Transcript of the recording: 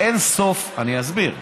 אני אסביר.